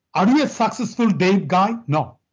are you a a successful dave guy? no.